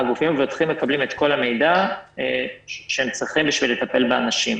הגופים המבטחים מקבלים את כל המידע שהם צריכים בשביל לטפל באנשים.